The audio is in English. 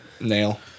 nail